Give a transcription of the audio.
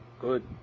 good